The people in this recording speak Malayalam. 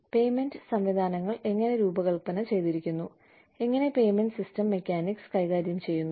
പേയ്മെന്റ് സംവിധാനങ്ങൾ എങ്ങനെ രൂപകൽപ്പന ചെയ്തിരിക്കുന്നു എങ്ങനെ പേയ്മെന്റ് സിസ്റ്റം മെക്കാനിക്സ് കൈകാര്യം ചെയ്യുന്നു